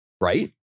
right